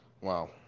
Wow